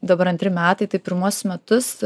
dabar antri metai tai pirmuosius metus